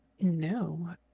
no